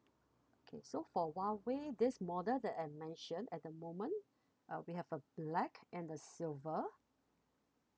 okay so for huawei this model that I mention at the moment uh we have a black and a silver